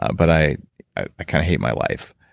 ah but i i kind of hate my life.